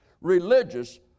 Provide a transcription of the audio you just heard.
religious